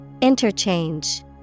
Interchange